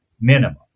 minimum